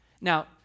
Now